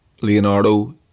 leonardo